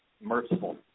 merciful